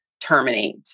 terminate